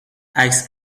عکس